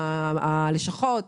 הלשכות,